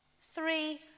three